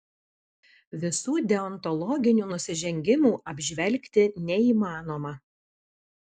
visų deontologinių nusižengimų apžvelgti neįmanoma